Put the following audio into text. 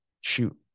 shoot